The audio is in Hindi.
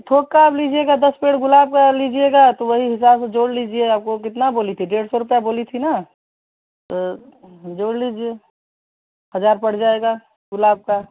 थोक का अब लीजिएगा दस पेड़ गुलाब का लीजिएगा तो वही हिसाब से जोड़ लीजिए आपको कितना बोली थी डेढ़ सौ रुपये बोली थी ना तो जोड़ लीजिए हज़ार पड़ जाएगा गुलाब का